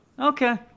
Okay